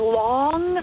long